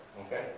Okay